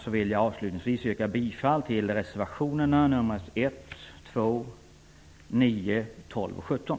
Därmed vill jag avslutningsvis yrka bifall till reservationerna 1, 2, 9, 12 och 17.